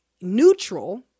neutral